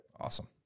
Awesome